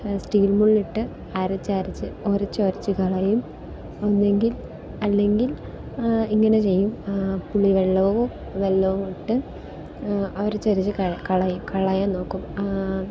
steel ഇട്ട് അരച്ച് അരച്ച് ഉരച്ച് ഉരച്ച് കളയും ഒന്നികില് അല്ലെങ്കില് ഇങ്ങനെ ചെയ്യും പുളി വെള്ളവും വെല്ലവും ഇട്ട് ഉരച്ച് ഉരച്ച് കളയും കളയാന് നോക്കും